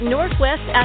Northwest